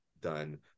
done